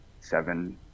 seven